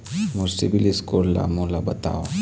मोर CIBIL score ला मोला बताव?